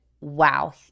wow